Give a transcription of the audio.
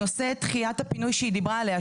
נושא דחיית הפינוי שהיא דיברה עליה,